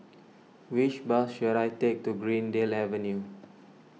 which bus should I take to Greendale Avenue